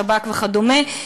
השב"כ וכדומה,